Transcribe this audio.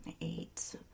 eight